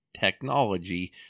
technology